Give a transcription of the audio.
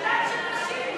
יושב-ראש הוועדה לסחר בנשים,